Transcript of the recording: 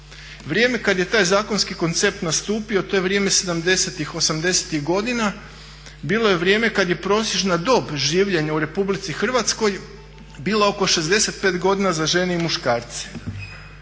Vrijeme kada je taj zakonski koncept nastupio to je vrijeme '70.-tih, '80.-tih godina, bilo je vrijeme kada je prosječna dob življenja u Republici Hrvatskoj bila oko 65 godina za žene i za muškarce.